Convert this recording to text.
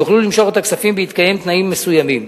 יוכלו למשוך את הכספים בהתקיים תנאים מסוימים.